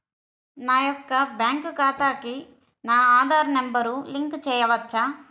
నా యొక్క బ్యాంక్ ఖాతాకి నా ఆధార్ నంబర్ లింక్ చేయవచ్చా?